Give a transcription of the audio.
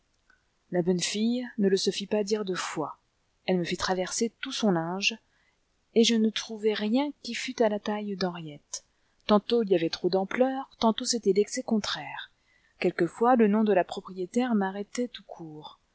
la bonne fille ne se le fit pas dire deux fois elle me fit traverser tout son linge et je ne trouvais rien qui fût à la taille d'henriette tantôt il y avait trop d'ampleur tantôt c'était l'excès contraire quelquefois le nom de la propriétaire m'arrêtait tout court